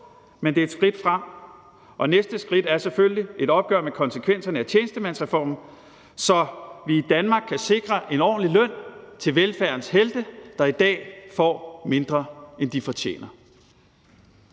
men det er et skridt frem, og næste skridt er selvfølgelig et opgør med konsekvenserne af tjenestemandsreformen, så vi i Danmark kan sikre en ordentlig løn til velfærdens helte, der i dag får mindre, end de fortjener.